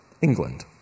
England